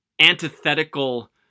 antithetical